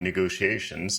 negotiations